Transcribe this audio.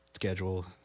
schedule